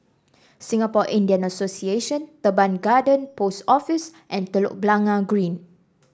Singapore Indian Association Teban Garden Post Office and Telok Blangah Green